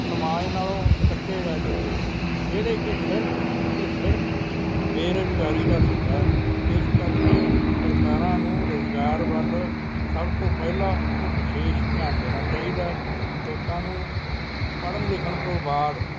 ਸਮਾਜ ਨਾਲੋਂ ਕੱਟੇ ਜਾ ਚੁੱਕੇ ਆ ਜਿਹੜੇ ਕਿ ਸਿਰਫ ਅਤੇ ਸਿਰਫ ਬੇਰੁਜ਼ਗਾਰੀ ਦਾ ਸਿੱਟਾ ਇਸ ਕਰਕੇ ਸਰਕਾਰਾਂ ਨੂੰ ਰੁਜ਼ਗਾਰ ਵੱਲ ਸਭ ਤੋਂ ਪਹਿਲਾਂ ਤੇ ਵਿਸ਼ੇਸ਼ ਧਿਆਨ ਦੇਣਾ ਚਾਹੀਦਾ ਲੋਕਾਂ ਨੂੰ ਪੜ੍ਹਨ ਲਿਖਣ ਤੋਂ ਬਾਅਦ